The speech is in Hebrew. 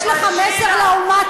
יש לך מסר לאומה?